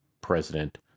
president